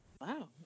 wow